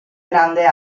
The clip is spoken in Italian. grande